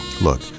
Look